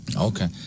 okay